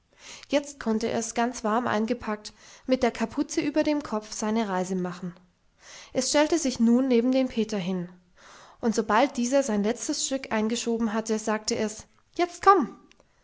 jetzt konnte es ganz warm eingepackt mit der kapuze über dem kopf seine reise machen es stellte sich nun neben den peter hin und sobald dieser sein letztes stück eingeschoben hatte sagte es jetzt komm